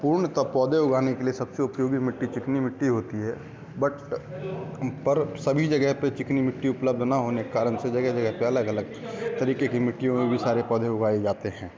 पूर्णतः पौधे उगाने के लिए सबसे उपयोगी मिट्टी चिकनी मिट्टी होती है बट पर सभी जगह पर चिकनी मिट्टी उपलब्ध न होने कारण से जगह जगह अलग अलग तरीके की मिट्टी में भी सारे पौधे उगाए जाते हैं